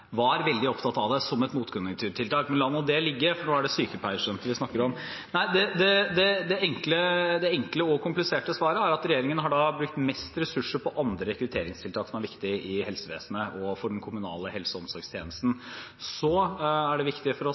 var veldig opptatt av det som et motkonjunkturtiltak. La nå det ligge, for nå er det sykepleierstudentene vi snakker om. Det enkle og kompliserte svaret er at regjeringen har brukt mest ressurser på andre rekrutteringstiltak som er viktig i helsevesenet og for den kommunale helse- og omsorgstjenesten. Det er viktig for oss